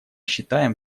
считаем